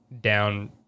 down